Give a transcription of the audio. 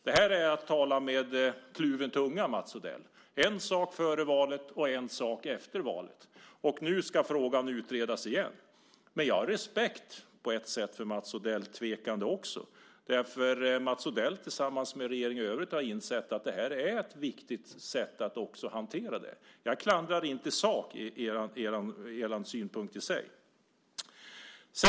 Det här är att tala med kluven tunga, Mats Odell. Man säger en sak före valet och en annan efter valet. Nu ska frågan utredas igen. Jag har på ett sätt respekt för Mats Odells tvekan. Mats Odell har, tillsammans med regeringen i övrigt, insett att det här är ett viktigt sätt att hantera det. Jag klandrar inte er synpunkt i sak.